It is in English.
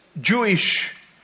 Jewish